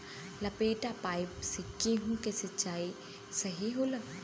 लपेटा पाइप से गेहूँ के सिचाई सही होला?